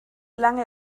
lange